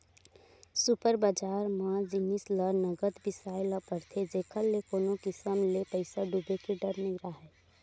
super बजार म जिनिस ल नगद बिसाए ल परथे जेखर ले कोनो किसम ले पइसा डूबे के डर नइ राहय